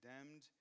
condemned